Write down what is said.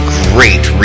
great